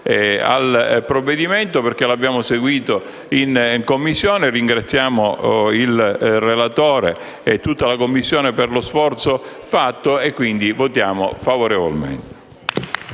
al provvedimento, perché l'abbiamo seguito in Commissione. Ringraziamo il relatore e tutta la Commissione per lo sforzo fatto ed annunciamo il nostro voto